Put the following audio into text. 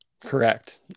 Correct